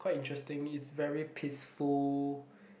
quite interesting it's very peaceful